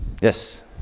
Yes